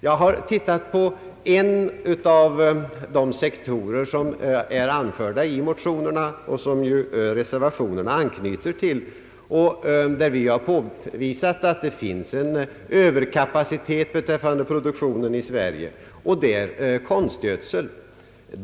Jag har sett på en av de sektorer som anförts i motionerna och som reservationerna anknyter till och beträffande vilka vi påvisat att det finns överkapacitet i produktionen i Sverige. Det gäller konstgödsel.